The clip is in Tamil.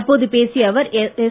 அப்போது பேசிய அவர் எஸ்